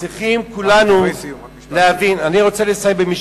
צריכים כולנו להבין דברי סיום.